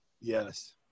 Yes